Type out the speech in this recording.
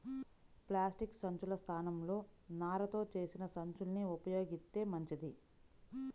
plastic సంచుల స్థానంలో నారతో చేసిన సంచుల్ని ఉపయోగిత్తే మంచిది